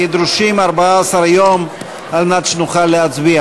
כי דרושים 14 יום על מנת שנוכל להצביע.